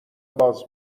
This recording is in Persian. باز